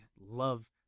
love